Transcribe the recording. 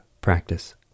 practice